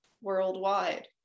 worldwide